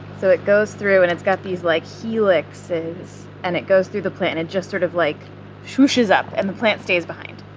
so it goes through, and it's got these like helixes, and it goes through the plant, and it just sort of like shwooshes up, and the plant stays behind.